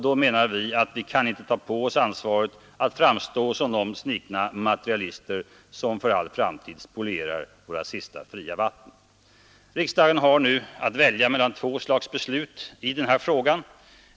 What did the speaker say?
Då menar vi att vi inte kan ta på oss ansvaret att framstå som de snikna materialister, vilka för all framtid spolierar våra sista fria vatten Riksdagen har nu att välja mellan två slags beslut i denna fråga.